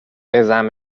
بزن